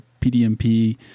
PDMP